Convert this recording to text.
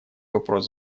вопрос